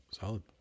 Solid